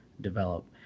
develop